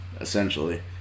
essentially